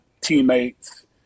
teammates